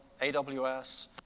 AWS